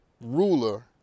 ruler